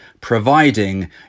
providing